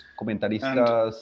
comentaristas